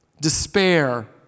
despair